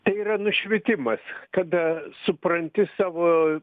tai yra nušvitimas kada supranti savo